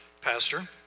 pastor